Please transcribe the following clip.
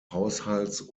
haushalts